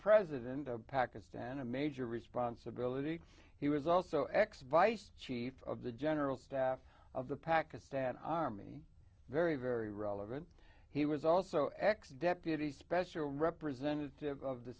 president of pakistan a major responsibility he was also ex vice chief of the general staff of the pakistan army very very relevant he was also ex deputy special representative of the